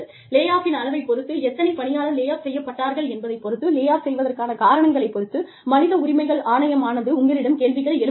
லே ஆஃபின் அளவை பொறுத்து எத்தனை பணியாளர் லே ஆஃப் செய்யப் பட்டார்கள் என்பதைப் பொறுத்து லே ஆஃப் செய்வதற்கான காரணங்களைப் பொறுத்து மனித உரிமைகள் ஆணையமானது உங்களிடம் கேள்விகளை எழுப்பலாம்